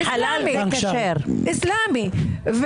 איסלאמי,